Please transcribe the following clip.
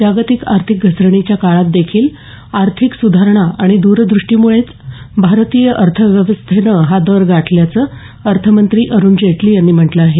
जागतीक आर्थिक घसरणीच्या काळात देखील आर्थिक स्धारणा आणि द्रदृष्टीमुळेंच भारतीय अर्थव्यवस्थेन हा दर गाठल्याचं अर्थमंत्री अरुण जेटली यांनी म्हटलं आहे